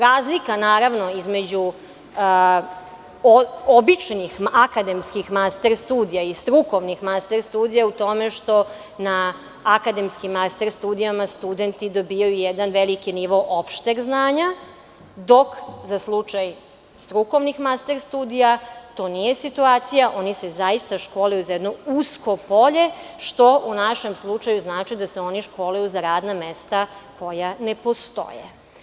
Razlika između običnih akademskih master studija i strukovnim master studija je u tome što akademskim master studijama studenti dobijaju jedan veliki nivo opšteg znanja, dok za slučaj strukovnih master studija to nije situacija, oni se zaista školuju za jedno usko polje, što u našem slučaju znači da se oni školuju za radna mesta koja ne postoje.